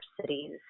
cities